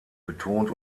betont